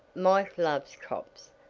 mike loves cops,